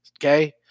okay